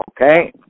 okay